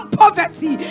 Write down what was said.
poverty